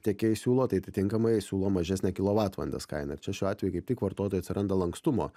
tiekėjai siūlo tai atitinkamai siūlo mažesnę kilovatvalandės kainą ir čia šiuo atveju kaip tik vartotojui atsiranda lankstumo